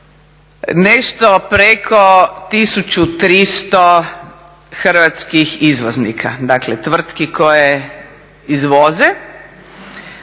nešto preko 1300 hrvatskih izvoznika. Dakle, tvrtki koje izvoze,